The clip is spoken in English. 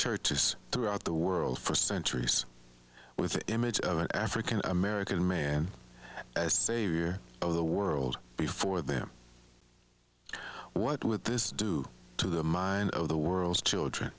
churches throughout the world for centuries with the image of an african american man as the savior of the world before them what with this due to the mind of the world's children